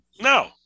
No